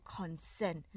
consent